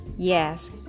Yes